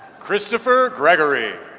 christopher gregory